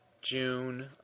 June